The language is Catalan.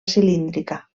cilíndrica